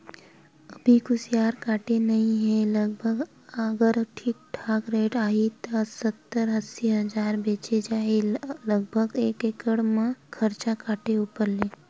अभी कुसियार कटे नइ हे लगभग अगर ठीक ठाक रेट आही त सत्तर अस्सी हजार बचें जाही लगभग एकड़ म खरचा काटे ऊपर ले